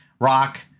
rock